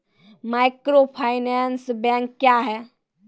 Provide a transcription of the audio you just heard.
Microfinance bank क्या हैं?